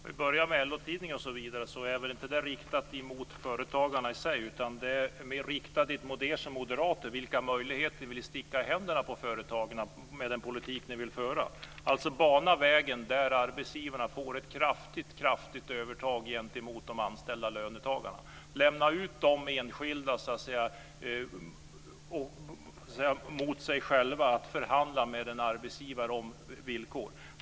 Fru talman! För att börja med LO-tidningen är väl detta inte riktat mot företagarna i sig utan mer mot er moderater och de möjligheter ni vill sticka i händerna på företagen med den politik ni vill föra. Ni vill bana väg för ett kraftigt övertag för arbetsgivarna gentemot de anställda löntagarna och lämna ut de enskilda åt sig själva att förhandla med en arbetsgivare om villkor.